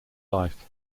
life